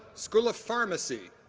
school of pharmacy.